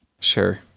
Sure